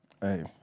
Hey